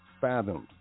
fathomed